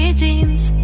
jeans